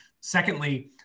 secondly